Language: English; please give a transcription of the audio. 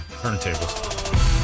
turntable